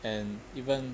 and even